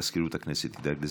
מזכירות הכנסת תדאג לזה.